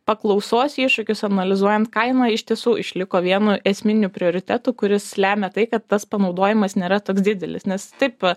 paklausos iššūkius analizuojant kaimą iš tiesų išliko vienu esminių prioritetų kuris lemia tai kad tas panaudojimas nėra toks didelis nes taip